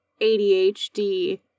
ADHD